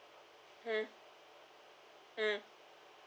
mm mm